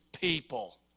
people